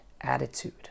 attitude